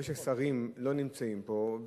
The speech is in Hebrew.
תראה ששרים לא נמצאים פה.